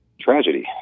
tragedy